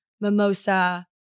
mimosa